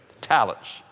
talents